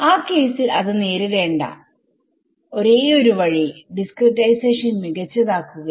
ആ കേസിൽ അത് നേരിടേണ്ട ഒരേയൊരു വഴി ഡിസ്ക്രിടൈസേഷൻ മികച്ചതാക്കുകയാണ്